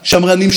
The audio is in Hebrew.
השרה שקד,